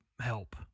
help